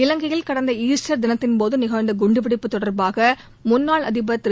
இலங்கையில் கடந்த ஈஸ்டர் தினத்தின்போது நிகழ்ந்த குண்டுவெடிப்பு தொடர்பாக முன்னாள் அதிபர் திரு